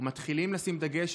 או מתחילים לשים דגש,